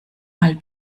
mal